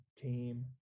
team